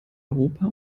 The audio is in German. europa